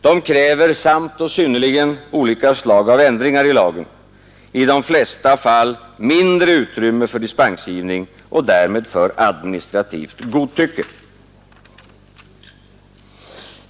De kräver samt och synnerligen olika slag av ändringar i lagen — i de flesta fall mindre utrymme för dispensgivning och därmed också mindre utrymme för administrativt godtycke.